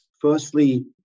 firstly